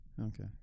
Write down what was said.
Okay